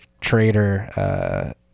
trader